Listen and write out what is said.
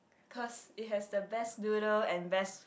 cause it has the best noodle and best